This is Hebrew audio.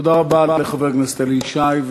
תודה רבה לחבר הכנסת אלי ישי.